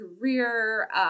career